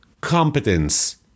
competence